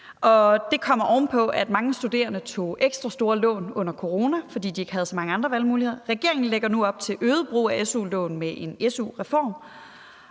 det kommer oven i, at mange studerende tog ekstra store lån under corona, fordi de ikke havde så mange andre valgmuligheder. Regeringen lægger nu op til øget brug af su-lån med en su-reform.